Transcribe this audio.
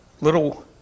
little